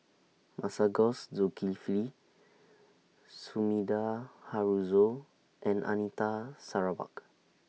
Masagos Zulkifli Sumida Haruzo and Anita Sarawak